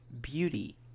beauty